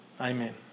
Amen